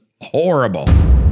horrible